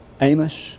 Amos